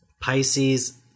Pisces